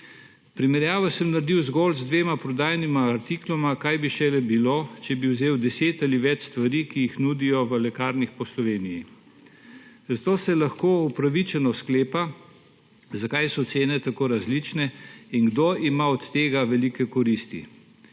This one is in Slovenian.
Primerjavo sem naredil zgolj z dvema prodajnima artikloma, kaj bi šele bilo, če bi vzel 10 ali več stvari, ki jih nudijo v lekarnah po Sloveniji. Zato se lahko opravičeno sklepa, zakaj so cene tako različne in kdo ima od tega velike koristi.